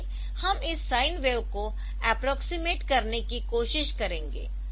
इसलिए हम इस साइन वेव को अप्प्रोक्सिमेट करने की कोशिश करेंगे